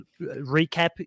recap